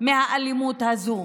מהאלימות הזו.